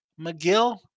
McGill